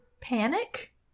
Panic